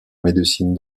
médecine